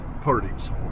parties